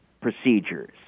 procedures